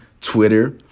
Twitter